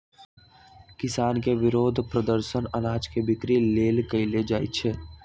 किसान के विरोध प्रदर्शन अनाज के बिक्री लेल कएल जाइ छै